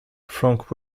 frank